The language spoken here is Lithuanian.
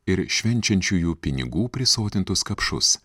ir švenčiančiųjų pinigų prisotintus kapšus